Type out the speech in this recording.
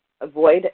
Avoid